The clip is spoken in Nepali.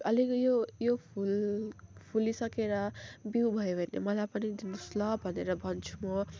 अलिक यो यो फुल फुलिसकेर बिउ भयो भने मलाई पनि दिनुहोस् ल भनेर भन्छु म